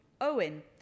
Owen